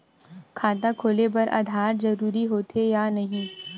खाता खोले बार आधार जरूरी हो थे या नहीं?